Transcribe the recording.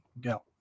Go